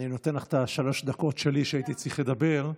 אני נותן לך את השלוש דקות שלי שהייתי צריך לדבר,